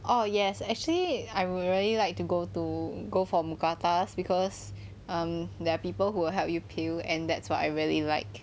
oh yes actually I would really like to go to go for mookata because um there are people who will help you peel and that's what I really like